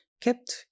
kept